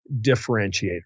differentiator